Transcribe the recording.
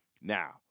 Now